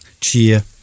cheer